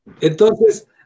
Entonces